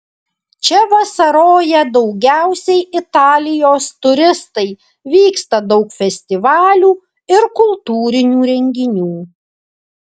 čia vasaroja daugiausiai italijos turistai vyksta daug festivalių ir kultūrinių renginių